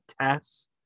tests